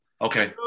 Okay